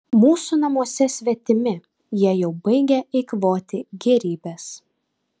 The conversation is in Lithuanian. mūsų namuose svetimi jie jau baigia eikvoti gėrybes